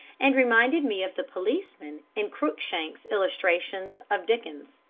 and reminded me of the policemen in cruikshank's illustrations of dickens.